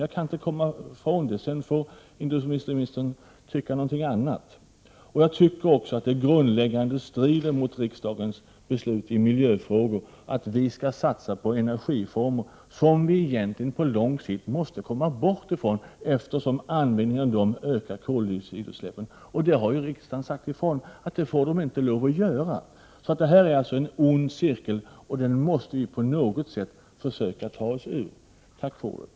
Jag kan inte komma ifrån det, och sedan får industriministern tycka något annat. Jag tycker också att det i grunden strider mot riksdagens beslut i miljöfrågan att vi skall satsa på energiformer som vi på lång sikt egentligen måste komma bort ifrån, eftersom en användning av sådana energislag ökar koldioxidutsläppen. Riksdagen har ju sagt ifrån att dessa utsläpp inte får öka. Detta är alltså en ond cirkel, som vi på något sätt måste försöka ta oss ur. Tack för ordet!